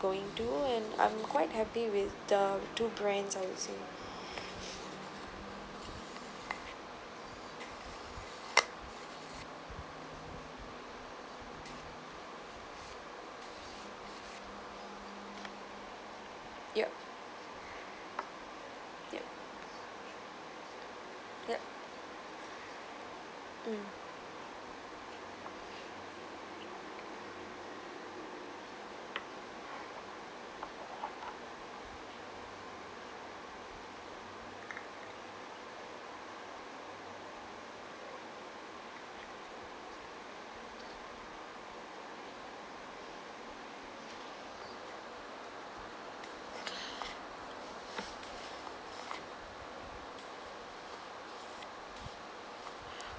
going to and I'm quite happy with the two brands I would say yup yup yup mm